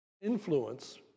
influence